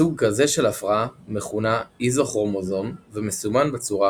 סוג כזה של הפרעה מכונה איזוכרומוזום ומסומן בצורה